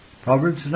Proverbs